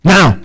Now